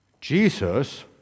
Jesus